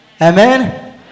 Amen